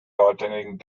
alternating